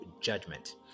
judgment